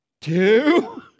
two